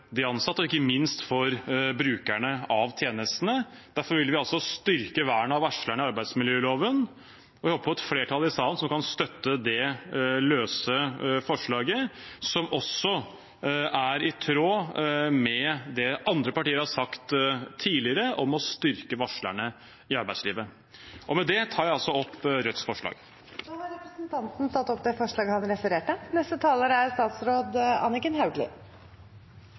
de ansatte og ikke minst viktig for brukerne av tjenestene. Derfor vil vi styrke vernet av varslerne i arbeidsmiljøloven. Vi håper på et flertall i salen som kan støtte det løse forslaget, som også er i tråd med det andre partier har sagt tidligere om å styrke varslerne i arbeidslivet. Med det tar jeg opp Rødts forslag. Representanten Bjørnar Moxnes har tatt opp det forslaget han refererte til. Det er